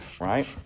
right